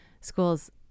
schools